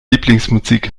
lieblingsmusik